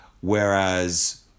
whereas